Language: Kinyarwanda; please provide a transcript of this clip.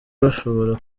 bashobora